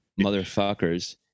motherfuckers